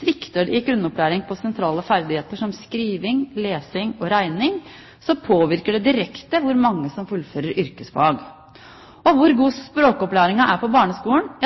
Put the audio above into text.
Svikter det i grunnopplæring i sentrale ferdigheter som skriving, lesing og regning, påvirker det direkte hvor mange som fullfører yrkesfag. Hvor god språkopplæringen er på barneskolen,